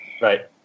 Right